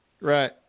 Right